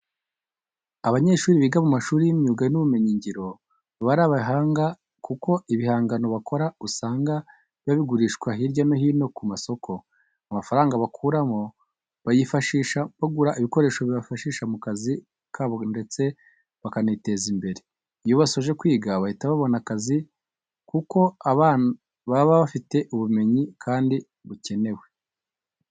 Abanyeshuri biga mu mashuri y'imyuga n'ubumenyingiro baba ari abahanga kuko ibihangano bakora usanga biba bigurishwa hirya no hino ku masoko. Amafaranga bakuramo bayifashisha bagura ibikoresho bifashisha mu kazi kabo ndetse bakaniteza imbere. Iyo basoje kwiga bahita babona akize kuko baba bafite ubumenyi kandi bukenewe.